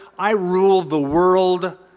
i rule the world,